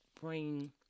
bring